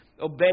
obey